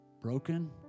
Broken